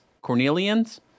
Cornelians